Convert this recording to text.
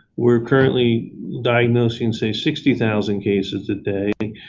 we're currently diagnosing, say, sixty thousand cases a day.